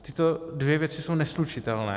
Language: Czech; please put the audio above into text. Tyto dvě věci jsou neslučitelné.